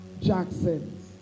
Jackson